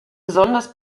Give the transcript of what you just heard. besonders